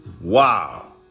Wow